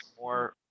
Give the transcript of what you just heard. more